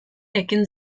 ekin